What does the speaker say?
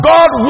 God